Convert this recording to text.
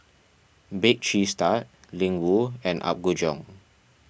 Bake Cheese Tart Ling Wu and Apgujeong